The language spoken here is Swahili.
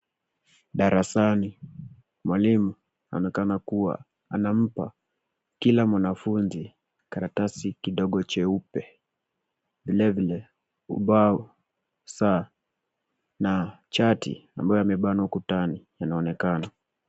Darasani mwalimu anaonekana kuwa anampa kila mwanafunzi karatasi kidogo cheupe vile vile ubao saa na chati ambayo yamebanwa ukutani yanaonekana